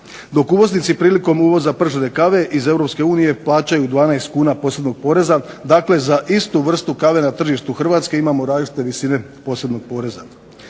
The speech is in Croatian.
Dok uvoznici prilikom uvoza pržene kave iz EU plaćaju 12 kn posebnog poreza. Dakle, za istu vrstu kave na tržištu HRvatske imamo različite visine posebnog poreza.